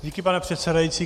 Díky, pane předsedající.